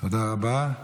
תודה רבה.